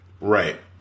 Right